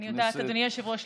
אני יודעת, אדוני היושב-ראש.